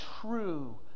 true